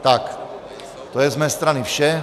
Tak, to je z mé strany vše.